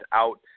out